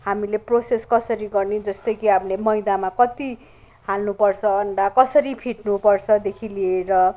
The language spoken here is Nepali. हामीले प्रोसेस कसरी गर्ने जस्तो कि हामीले मैदामा कति हाल्नु पर्छ अन्डा कसरी फिट्नु पर्छदेखि लिएर